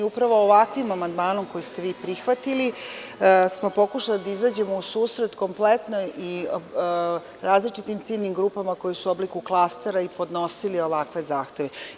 Upravo ovakvim amandmanom koji ste vi prihvatili smo pokušali da izađemo u susrete kompletnoj i različitim ciljnim grupama koje su u obliku klastera i podnosili ovakve zahteve.